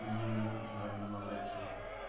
नींबू एक झाड़नुमा वृक्ष है